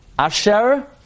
Asher